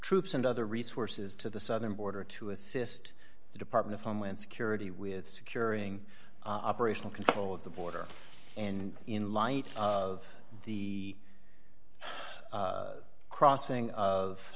troops and other resources to the southern border to assist the department of homeland security with securing operational control of the border and in light of the crossing of